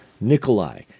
Nikolai